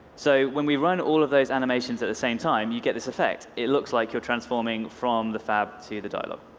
so when we run all of those animations at the same time, you get this effect. it looks like you're transforming from the fab to the dialogue.